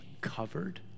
covered